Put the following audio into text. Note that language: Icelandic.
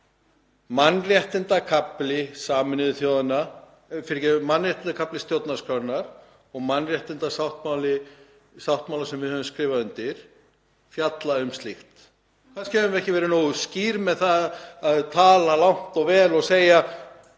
Mannréttindakafli stjórnarskrárinnar og mannréttindasáttmálar sem við höfum skrifað undir fjalla um slíkt. Kannski höfum við ekki verið nógu skýr með það að tala langt og vel og segja: